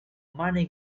many